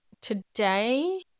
Today